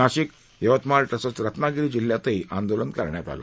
नाशिक आणि यवतमाळ तसंच रत्नागिरी जिल्ह्यातही आंदोलन करण्यात आलं